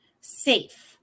safe